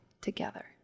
together